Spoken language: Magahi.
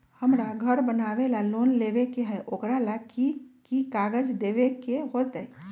हमरा घर बनाबे ला लोन लेबे के है, ओकरा ला कि कि काग़ज देबे के होयत?